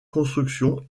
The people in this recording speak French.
construction